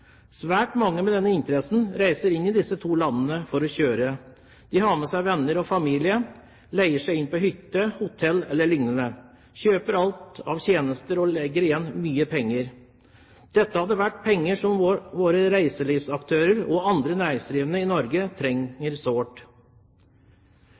Svært mange med denne interessen reiser inn i disse to landene for å kjøre. De har med seg venner og familie, leier seg inn på en hytte, et hotell eller lignende, kjøper alt av tjenester og legger igjen mye penger. Dette er penger som våre reiselivsaktører og andre næringsdrivende i Norge